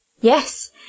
Yes